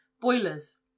boilers